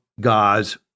God's